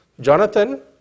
Jonathan